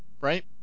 right